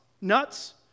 nuts